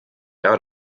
out